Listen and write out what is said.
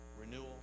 renewal